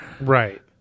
Right